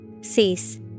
Cease